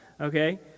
okay